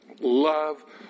Love